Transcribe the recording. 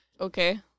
Okay